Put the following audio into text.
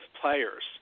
players